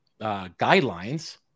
guidelines